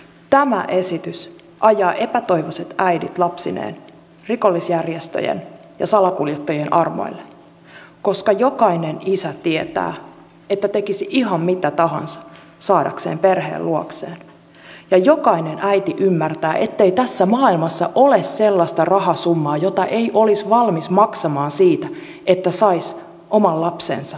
tämä esitys ajaa epätoivoiset äidit lapsineen rikollisjärjestöjen ja salakuljettajien armoille koska jokainen isä tietää että tekisi ihan mitä tahansa saadakseen perheen luokseen ja jokainen äiti ymmärtää ettei tässä maailmassa ole sellaista rahasummaa jota ei olisi valmis maksamaan siitä että saisi oman lapsensa jälleen syliin